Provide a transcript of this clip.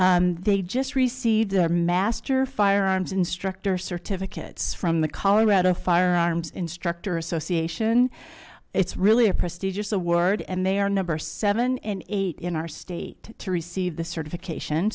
ak they just received their master firearms instructor certificates from the colorado firearms instructor association it's really a prestigious award and they are number seven and eight in our state to receive the certification